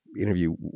interview